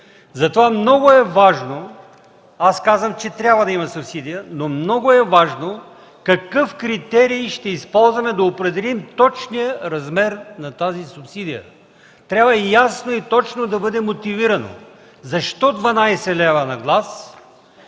дами и господа. Аз казвам, че трябва да има субсидия, но много е важно какъв критерии ще използваме, за да определим точния размер на тази субсидия. Трябва ясно и точно да бъде мотивирано защо 12 лева на глас,